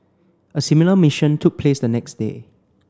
a similar mission took place the next day